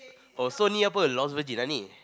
oh so